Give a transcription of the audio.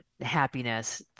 happiness